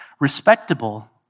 respectable